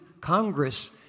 Congress